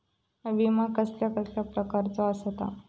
विमा कसल्या कसल्या प्रकारचो असता?